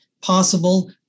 possible